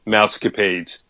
Mousecapades